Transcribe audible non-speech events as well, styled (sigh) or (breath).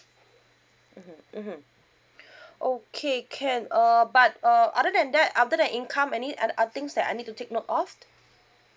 mmhmm mmhmm (breath) okay can uh but uh other than that other than income any other other things that I need to take note of